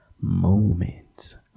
moments